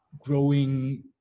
growing